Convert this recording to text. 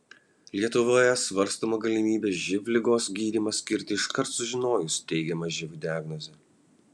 lietuvoje svarstoma galimybė živ ligos gydymą skirti iškart sužinojus teigiamą živ diagnozę